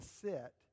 sit